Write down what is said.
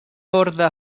orde